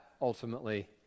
ultimately